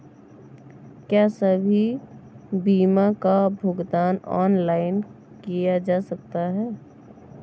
क्या सभी बीमा का भुगतान ऑनलाइन किया जा सकता है?